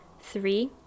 Three